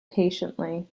patiently